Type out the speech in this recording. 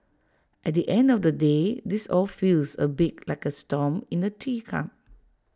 at the end of the day this all feels A bit like A storm in A teacup